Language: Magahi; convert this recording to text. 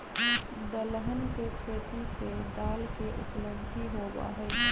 दलहन के खेती से दाल के उपलब्धि होबा हई